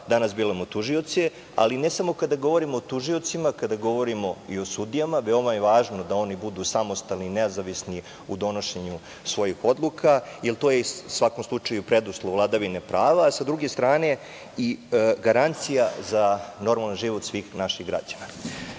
Danas biramo tužioce, ali ne samo kada govorimo o tužiocima, kada govorimo i o sudijama, veoma je važno da oni budu samostalni i nezavisni u donošenju svojih odluka, jer to je u svakom slučaju preduslov vladavine prava, a sa druge strane i garancija za normalan život svih naših